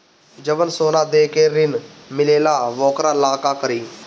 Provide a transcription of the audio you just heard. जवन सोना दे के ऋण मिलेला वोकरा ला का करी?